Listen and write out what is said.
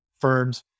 firms